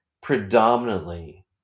predominantly